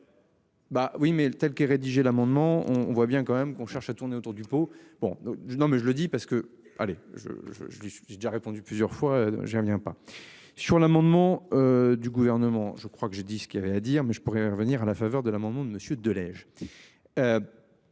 oui mais le tel qu'est rédigé l'amendement on, on voit bien quand même qu'on cherche à tourner autour du pot. Bon non mais je le dis parce que. Allez je je dis j'ai déjà répondu plusieurs fois j'ai reviens pas sur l'amendement. Du gouvernement. Je crois que j'ai dit ce qu'il avait à dire mais je pourrais revenir à la faveur de l'amendement de monsieur